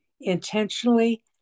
intentionally